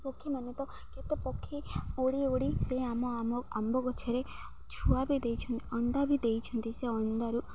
ପକ୍ଷୀମାନେ ତ କେତେ ପକ୍ଷୀ ଉଡ଼ି ଉଡ଼ି ସେ ଆମ ଆମ ଆମ୍ବ ଗଛରେ ଛୁଆ ବି ଦେଇଛନ୍ତି ଅଣ୍ଡା ବି ଦେଇଛନ୍ତି ସେ ଅଣ୍ଡାରୁ